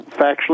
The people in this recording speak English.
factually